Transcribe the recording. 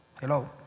Hello